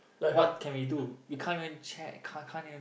what can we do you can't even check can't can't even